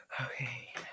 okay